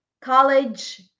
college